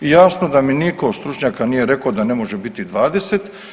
I jasno da mi nitko od stručnjaka nije rekao da ne može biti 20.